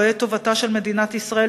רואה את טובתה של מדינת ישראל,